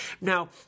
Now